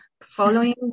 following